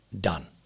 done